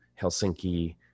Helsinki